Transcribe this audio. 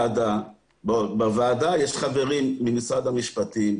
בוועדה יש חברים ממשרד המשפטים,